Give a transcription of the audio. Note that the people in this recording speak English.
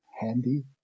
Handy